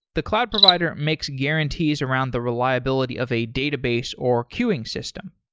the cloud provider makes guarantees around the reliability of a database or queuing system.